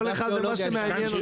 דוד, כל אחד ומה שמעניין אותו.